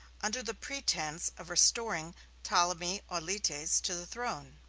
under the pretense of restoring ptolemy auletes to the throne.